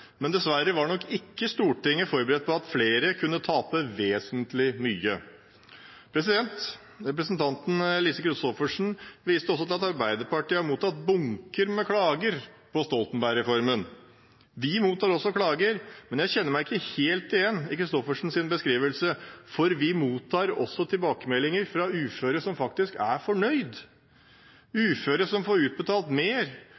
men dessverre var nok ikke Stortinget forberedt på at flere kunne tape vesentlig mye. Representanten Lise Christoffersen viste også til at Arbeiderpartiet har mottatt bunker med klager på Stoltenberg-reformen. Vi mottar også klager, men jeg kjenner meg ikke helt igjen i Christoffersens beskrivelse, for vi mottar også tilbakemeldinger fra uføre som faktisk er fornøyd – uføre som får utbetalt mer,